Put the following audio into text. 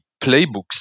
playbooks